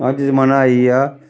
अज्ज जमान्ना आई गेआ